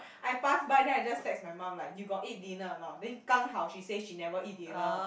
I pass by then I just text my mum like you got eat dinner or not then 刚好 she say she never eat dinner